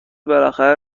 بالاخره